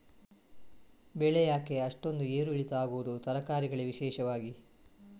ಬೆಳೆ ಯಾಕೆ ಅಷ್ಟೊಂದು ಏರು ಇಳಿತ ಆಗುವುದು, ತರಕಾರಿ ಗಳಿಗೆ ವಿಶೇಷವಾಗಿ?